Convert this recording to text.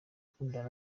gukundana